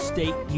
State